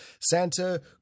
Santa